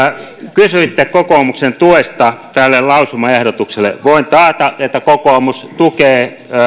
kysyitte kokoomuksen tuesta tälle lausumaehdotukselle voin taata että kokoomus tukee